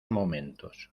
momentos